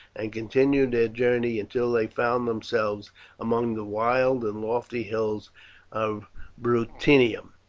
and continued their journey until they found themselves among the wild and lofty hills of bruttium.